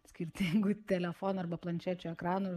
skirtingų telefonų arba planšečių ekranų